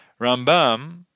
Rambam